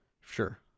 Sure